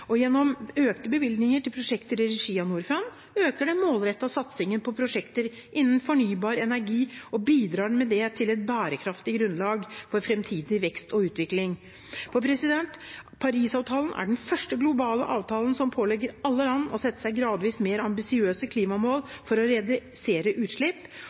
fattigdom. Gjennom økte bevilgninger til prosjekter i regi av Norfund øker den målrettede satsingen på prosjekter innen fornybar energi og bidrar med det til et bærekraftig grunnlag for framtidig vekst og utvikling. Paris-avtalen er den første globale avtalen som pålegger alle land å sette seg gradvis mer ambisiøse klimamål for å redusere utslipp.